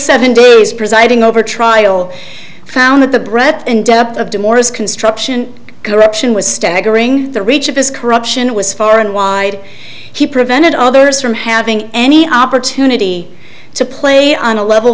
seven days presiding over trial found that the breadth and depth of the more is construction corruption was staggering the reach of this corruption was far and wide he prevented others from having any opportunity to play on a level